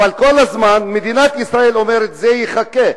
אבל כל הזמן מדינת ישראל אומרת: זה יחכה.